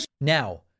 now